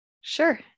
Sure